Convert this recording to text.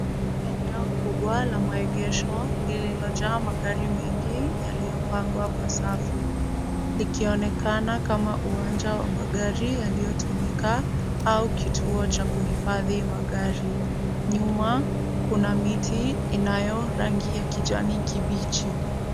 Eneo kubwa la maegesho liliojaa magari mengi yaliyopangwa kwa safu. Likionekana kama uwanja wa magari yaliyotumika au kituo cha kuhifadhi magari. Nyuma kuna miti inayo rangi ya kijani kibichi.